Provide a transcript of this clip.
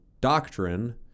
doctrine